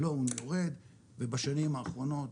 ה-loan יורד ובשנים האחרונות,